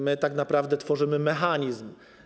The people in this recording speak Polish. My tak naprawdę tworzymy mechanizm.